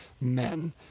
men